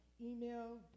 email